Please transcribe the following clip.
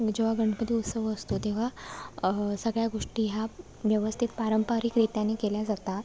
जेव्हा गणपती उत्सव असतो तेव्हा सगळ्या गोष्टी ह्या व्यवस्थित पारंपरिक रीतीने केल्या जातात